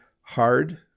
hard